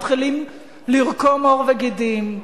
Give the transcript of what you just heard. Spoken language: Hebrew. מתחילים לקרום עור וגידים.